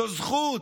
זו זכות,